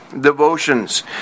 devotions